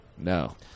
No